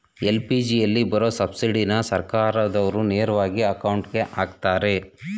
ಎಲ್.ಪಿ.ಜಿಯಲ್ಲಿ ಬರೋ ಸಬ್ಸಿಡಿನ ಸರ್ಕಾರ್ದಾವ್ರು ನೇರವಾಗಿ ಅಕೌಂಟ್ಗೆ ಅಕ್ತರೆ